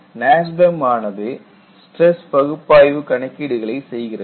NASBEM ஆனது stress பகுப்பாய்வு கணக்கீடுகளை செய்கிறது